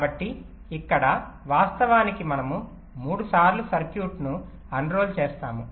కాబట్టి ఇక్కడ వాస్తవానికి మనము 3 సార్లు సర్క్యూట్ను అన్రోల్ చేసాము